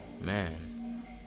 man